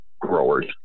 growers